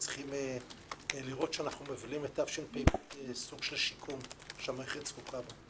צריכים לראות שאנחנו מובילים --- סוג של שיקום שהמערכת זקוקה לו.